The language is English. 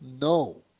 No